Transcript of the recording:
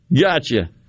gotcha